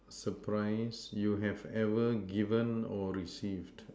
surprise you have ever given or received